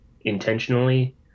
intentionally